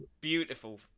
beautiful